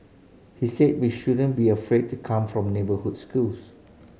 he said we shouldn't be afraid to come from neighbourhood schools